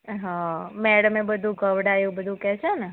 હા મેડમે બધું ગવડાવ્યું બધું કે છે ને